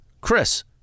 Chris